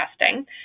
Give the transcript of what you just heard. testing